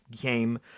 game